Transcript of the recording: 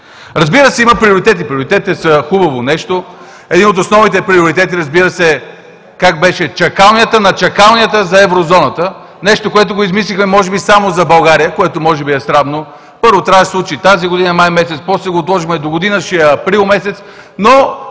Разбира се, има и приоритети. Приоритетите са хубаво нещо. Един от основните приоритети, разбира се, е, как беше, чакалнята на чакалнята за Еврозоната! Нещо, което го измислиха може би само за България, което може би е срамно. Първо, трябваше да се случи тази година – месец май, после го отложихме за догодина – ще е месец